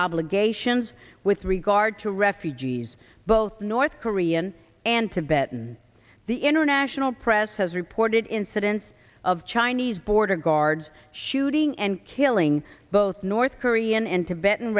obligations with regard to refugees both north korean and tibetans the international press has reported incidents of chinese border guards shooting and killing both north korean and tibet